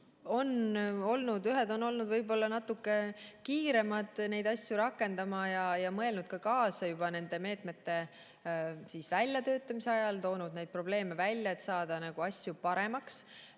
ühed on olnud võib-olla natuke kiiremad neid asju rakendama ja mõelnud kaasa juba meetmete väljatöötamise ajal, toonud probleeme välja, et saada asju paremaks.